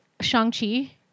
Shang-Chi